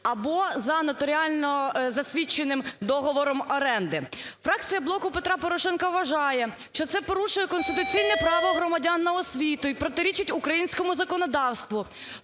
або за нотаріально засвідченим договором оренди. Фракція "Блок Петра Порошенка" вважає, що це порушує конституційне право громадян на освіту і протирічить українському законодавству.